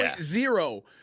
zero